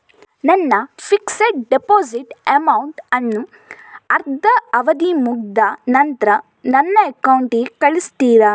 ನನ್ನ fixed deposit amount ಅನ್ನು ಅದ್ರ ಅವಧಿ ಮುಗ್ದ ನಂತ್ರ ನನ್ನ ಅಕೌಂಟ್ ಗೆ ಕಳಿಸ್ತೀರಾ?